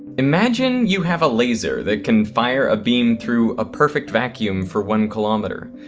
imagine you have a laser that can fire a beam through a perfect vacuum for one kilometer.